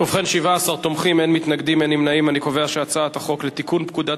להעביר את הצעת חוק לתיקון פקודת